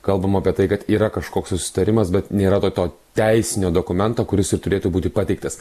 kalbama apie tai kad yra kažkoks susitarimas bet nėra to to teisinio dokumento kuris ir turėtų būti pateiktas